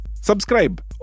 Subscribe